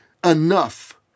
enough